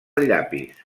llapis